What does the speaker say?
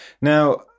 Now